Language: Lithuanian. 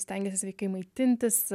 stengiasi sveikai maitintis